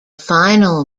final